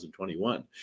2021